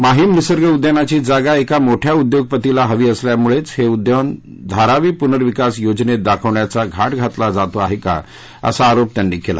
माहीम निसर्ग उद्यानाची जागा एका मोठ्या उद्योगपतीला हवी असल्यामुळेच हे उद्यान धारावी पुनर्विकास योजनेत दाखवण्याचा घाट घातला जातो आहे असा आरोप त्यांनी केला